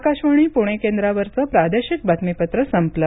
आकाशवाणी पुणे केंद्रावरचं प्रादेशिक बातमीपत्र संपलं